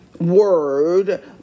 word